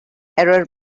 error